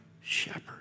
shepherd